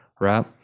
right